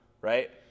Right